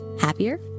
Happier